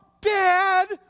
dad